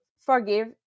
forgive